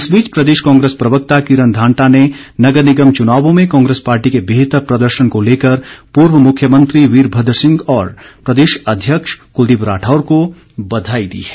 इस बीच प्रदेश कांग्रेस प्रवक्ता किरण धांटा ने नगर निगम चुनावों में कांग्रेस पार्टी के बेहतर प्रदर्शन को लेकर पूर्व मुख्यमंत्री वीरभद्र सिंह और प्रदेश अध्यक्ष कुलदीप राठौर को बधाई दी है